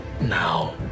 Now